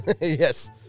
Yes